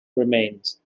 remains